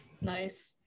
Nice